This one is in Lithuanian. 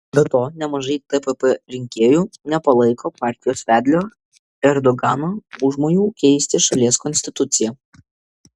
be to nemažai tpp rinkėjų nepalaiko partijos vedlio erdogano užmojų keisti šalies konstituciją